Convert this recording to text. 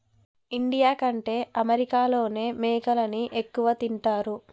India కంటే అమెరికాలోనే మేకలని ఎక్కువ తింటారు